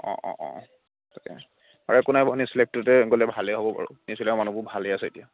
অঁ অঁ অঁ তাকে আৰু একো নাই বাৰু নিউজ লাইভটোতে গ'লে ভালে হ'ব বাৰু নিউজ লাইভৰ মানুহবোৰ ভালেই আছে এতিয়া